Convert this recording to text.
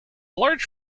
large